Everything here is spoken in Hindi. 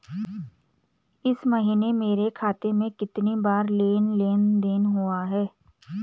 इस महीने मेरे खाते में कितनी बार लेन लेन देन हुआ है?